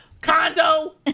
Condo